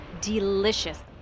delicious